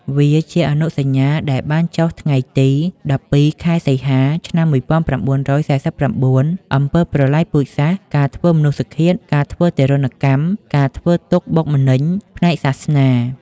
វាជាអនុសញ្ញាដែលបានចុះថ្ងៃទី១២ ខែសីហា ឆ្នាំ១៩៤៩ អំពើប្រល័យពូជសាសន៍ ការធ្វើមនុស្សឃាត ការធ្វើទារុណកម្ម ការធ្វើទុក្ខបុក ម្នេញផ្នែកសាសនា។